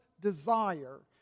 desire